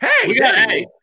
hey